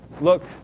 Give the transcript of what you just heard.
look